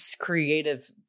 creative